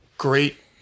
great